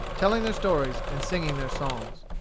telling their stories, and singing their songs.